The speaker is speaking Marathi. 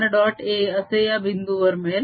A असे या बिंदू वर मिळेल